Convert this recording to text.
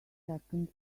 second